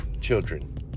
children